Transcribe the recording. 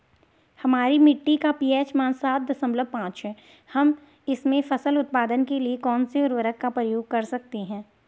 हमारी मिट्टी का पी.एच मान सात दशमलव पांच है हम इसमें फसल उत्पादन के लिए कौन से उर्वरक का प्रयोग कर सकते हैं?